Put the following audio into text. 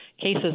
cases